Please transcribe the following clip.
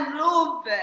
love